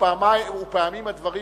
ופעמים הדברים